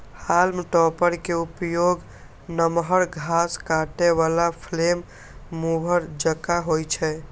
हाल्म topper के उपयोग नमहर घास काटै बला फ्लेम मूवर जकां होइ छै